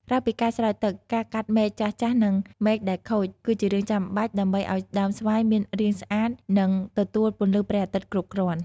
ក្រៅពីការស្រោចទឹក ការកាត់មែកចាស់ៗ និងមែកដែលខូច គឺជារឿងចាំបាច់ដើម្បីឲ្យដើមស្វាយមានរាងស្អាត និងទទួលពន្លឺព្រះអាទិត្យគ្រប់គ្រាន់។